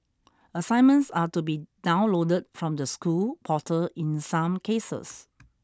assignments are to be downloaded from the school portal in some cases